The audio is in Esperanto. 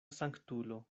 sanktulo